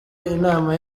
inama